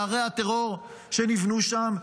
בערי הטרור שנבנו שם,